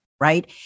right